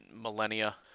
millennia